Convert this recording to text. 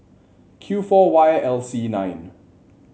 Q four Y L C nine